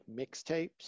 mixtapes